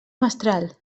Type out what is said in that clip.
mestral